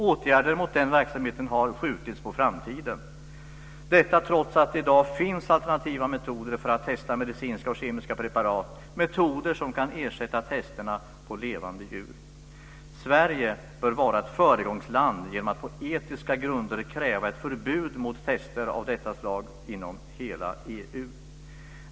Åtgärder mot den verksamheten har skjutits på framtiden, detta trots att det i dag finns alternativa metoder för att testa medicinska och kemiska preparat, metoder som kan ersätta testen på levande djur. Sverige bör vara ett föregångsland genom att på etiska grunder kräva ett förbud mot test av detta slag inom hela EU.